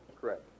Correct